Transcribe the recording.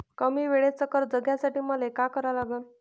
कमी वेळेचं कर्ज घ्यासाठी मले का करा लागन?